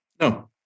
No